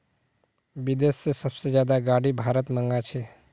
विदेश से सबसे ज्यादा गाडी भारत मंगा छे